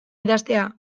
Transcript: idaztea